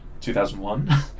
2001